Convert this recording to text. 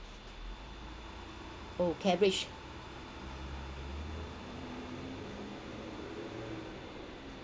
oh cabbage